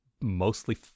mostly